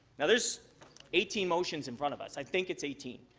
now, this eighteen motions in front of us, i think it's eighteen